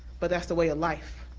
but that's the way of life.